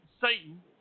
satan